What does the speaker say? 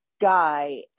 Guy